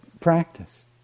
practice